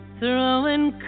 throwing